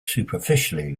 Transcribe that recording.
superficially